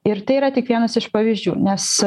ir tai yra tik vienas iš pavyzdžių nes